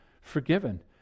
forgiven